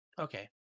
Okay